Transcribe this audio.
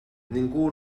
ningú